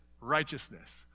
righteousness